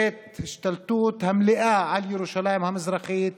את ההשתלטות המלאה על ירושלים המזרחית